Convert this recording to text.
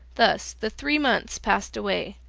thus the three months passed away,